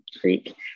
creek